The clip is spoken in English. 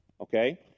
Okay